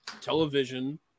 television